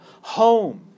Home